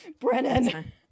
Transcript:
Brennan